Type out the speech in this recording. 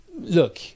look